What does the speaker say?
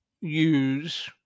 use